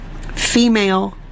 female